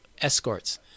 escorts